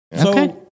Okay